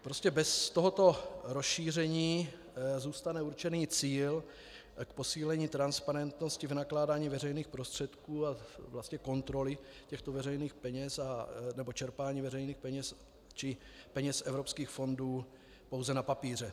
Prostě bez tohoto rozšíření zůstane určený cíl k posílení transparentnosti v nakládání veřejných prostředků a vlastně kontroly těchto veřejných peněz, nebo čerpání veřejných peněz či peněz z evropských fondů, pouze na papíře.